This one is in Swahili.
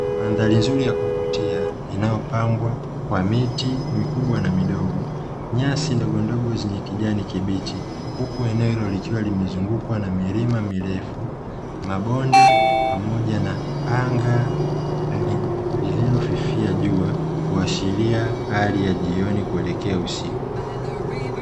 Mandhari nzuri ya kuvutia inayopambwa kwa miti mikubwa na midogo, nyasi ndogondogo zenye kijani kibichi, huku eneo hilo likiwa limezungukwa na milima mirefu, mabonde pamoja na anga lililofifia jua kuashiria hali ya jioni kuelekea usiku.